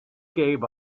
gave